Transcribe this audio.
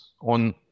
on